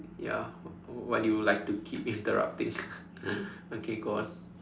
ya why do you like to keep interrupting okay go on